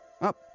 up